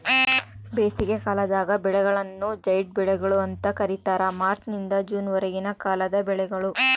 ಬೇಸಿಗೆಕಾಲದ ಬೆಳೆಗಳನ್ನು ಜೈಡ್ ಬೆಳೆಗಳು ಅಂತ ಕರೀತಾರ ಮಾರ್ಚ್ ನಿಂದ ಜೂನ್ ವರೆಗಿನ ಕಾಲದ ಬೆಳೆಗಳು